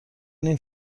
این